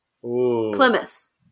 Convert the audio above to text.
Plymouth